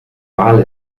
wal